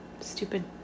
stupid